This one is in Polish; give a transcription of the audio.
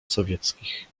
sowieckich